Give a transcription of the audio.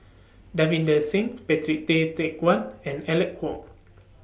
Davinder Singh Patrick Tay Teck Guan and Alec Kuok